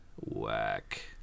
Whack